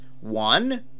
One